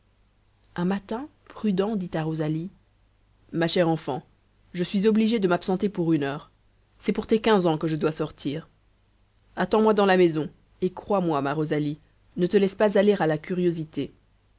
un matin prudent dit à rosalie ma chère enfant je suis obligé de m'absenter pour une heure c'est pour tes quinze ans que je dois sortir attends-moi dans la maison et crois-moi ma rosalie ne te laisse pas aller à la curiosité